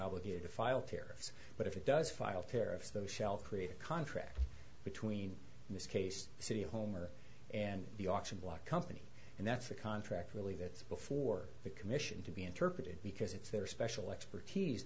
obligated to file tariffs but if it does file tariffs those shell create a contract between in this case the city of homer and the auction block company and that's a contract really that's before the commission to be interpreted because it's their special expertise